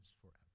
forever